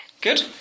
Good